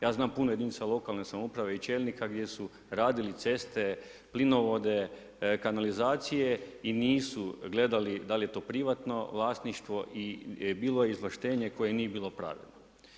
Ja znam puno jedinica lokalne samouprave i čelnika, gdje su radili ceste, plinovode, kanalizacije i nisu gledali da li je to privatno vlasništvo i bilo je izvlaštenje koje nije bilo pravilno.